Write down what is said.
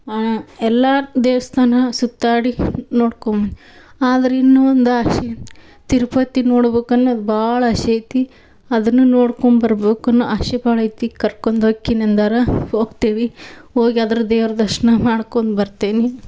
ಎಲ್ಲ ದೇವಸ್ಥಾನ ಸುತ್ತಾಡಿ ನೋಡ್ಕೊಂಬಂದು ಆದ್ರೆ ಇನ್ನೂ ಒಂದು ಆಶೆ ತಿರುಪತಿ ನೋಡ್ಬೇಕ್ ಅನ್ನೊದು ಭಾಳ ಆಶೆ ಐತಿ ಅದನ್ನೂ ನೋಡ್ಕೊಂಬರ್ಬೇಕು ಅನ್ನುವ ಆಶೆ ಭಾಳ ಐತಿ ಕರ್ಕೊಂಡ್ ಹೋಕ್ಕಿನಿ ಅಂದಾರ ಹೋಗ್ತೇವೆ ಹೋಗಿ ಅದ್ರ ದೇವ್ರ ದರ್ಶನ ಮಾಡ್ಕೊಂಡ್ ಬರ್ತೇನೆ